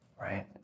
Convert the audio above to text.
right